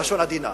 בלשון עדינה,